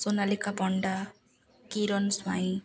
Sonalika Panda Kiran Swain